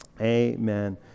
Amen